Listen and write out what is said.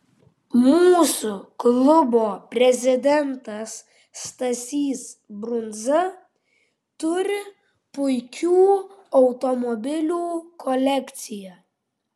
mūsų klubo prezidentas stasys brunza turi puikių automobilių kolekciją